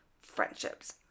friendships